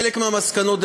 חלק מהמסקנות,